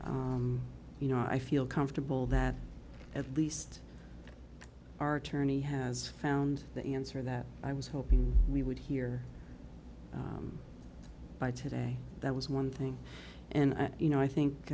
way you know i feel comfortable that at least our attorney has found that answer that i was hoping we would hear by today that was one thing and i you know i think